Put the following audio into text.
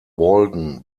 walden